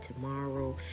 tomorrow